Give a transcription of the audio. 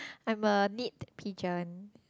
I'm a neat pigeon